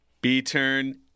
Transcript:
B-turn